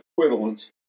equivalent